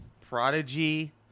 Prodigy